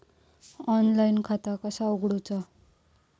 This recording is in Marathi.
ऑनलाईन खाता कसा उगडूचा?